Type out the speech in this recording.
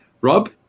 Rob